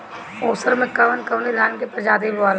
उसर मै कवन कवनि धान के प्रजाति बोआला?